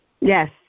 Yes